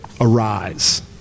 arise